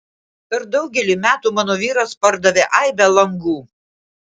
per daugelį metų mano vyras pardavė aibę langų